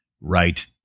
right